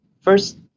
first